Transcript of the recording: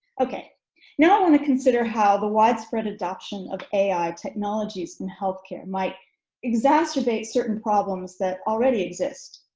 okay now i'm going to consider how the widespread adoption of ai technologies in healthcare might exacerbate certain problems that already exist.